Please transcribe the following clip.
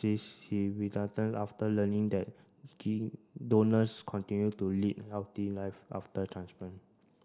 he after learning that key donors continue to lead healthy live after transplant